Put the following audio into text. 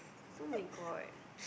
[oh]-my-god